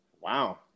wow